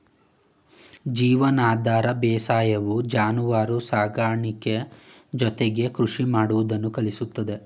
ಜೀವನಾಧಾರ ಬೇಸಾಯವು ಜಾನುವಾರು ಸಾಕಾಣಿಕೆ ಜೊತೆಗೆ ಕೃಷಿ ಮಾಡುವುದನ್ನು ಕಲಿಸುತ್ತದೆ